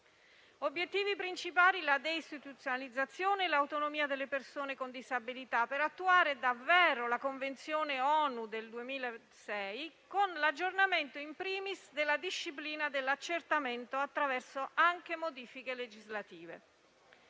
Obiettivi principali sono la deistituzionalizzazione e l'autonomia delle persone con disabilità per attuare davvero la Convenzione ONU del 2006, con l'aggiornamento *in primis* della disciplina dell'accertamento anche attraverso modifiche legislative.